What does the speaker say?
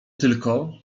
tylko